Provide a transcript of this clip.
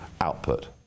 output